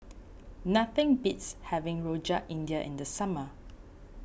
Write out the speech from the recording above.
nothing beats having Rojak India in the summer